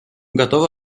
готовы